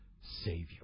Savior